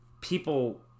people